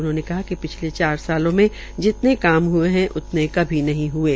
उन्होंने कहा कि पिछले चार सालों में जितने काम हये है उतने कभी नहीं हये